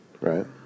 right